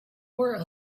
wore